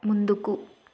ముందుకు